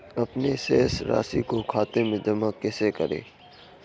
अपने शेष राशि को खाते में जमा कैसे करें?